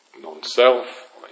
non-self